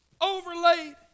Overlaid